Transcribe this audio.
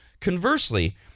Conversely